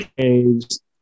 caves